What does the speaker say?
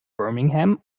birmingham